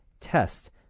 test